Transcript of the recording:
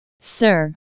sir